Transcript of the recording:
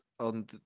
on